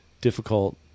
difficult